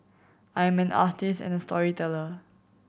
I am an artist and a storyteller